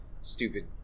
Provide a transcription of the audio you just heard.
stupid